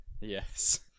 Yes